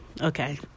Okay